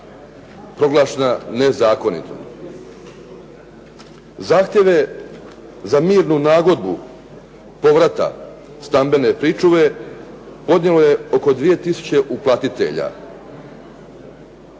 proglašena nezakonitom. Zahtjeve za mirnu nagodbu povrata stambene pričuve podnijelo je oko 2 000 uplatitelja